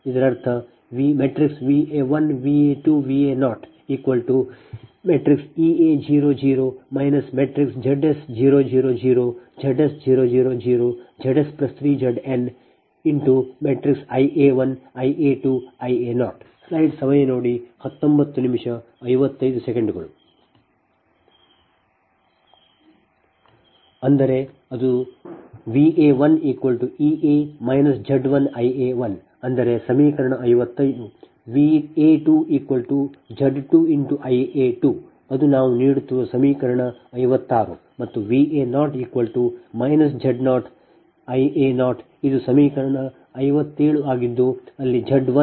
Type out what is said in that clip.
ಆದ್ದರಿಂದ ಈ ಟಿಪ್ಪಣಿಯಿಂದ Ea1Ea Ea2Ea00 ಇದರರ್ಥ Va1 Va2 Va0 Ea 0 0 Zs 0 0 0 Zs 0 0 0 Zs3Zn Ia1 Ia2 Ia0 ಅಂದರೆ ಅದು Va1Ea Z1Ia1 ಅಂದರೆ ಸಮೀಕರಣ 55 Va2 Z2Ia2 ಅದು ನಾವು ನೀಡುತ್ತಿರುವ ಸಮೀಕರಣ 56 ಮತ್ತು V a0 Z 0 I a0 ಇದು ಸಮೀಕರಣ 57 ಆಗಿದ್ದು ಅಲ್ಲಿ Z1ZsZ2ZsZ0Zs3Zn